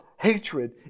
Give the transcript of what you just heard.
Hatred